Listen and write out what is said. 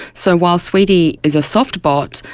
so while sweetie is a soft bot,